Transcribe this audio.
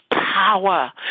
power